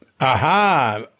Aha